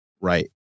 right